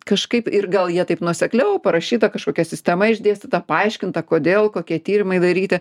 kažkaip ir gal jie taip nuosekliau parašyta kažkokia sistema išdėstyta paaiškinta kodėl kokie tyrimai daryti